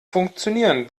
funktionieren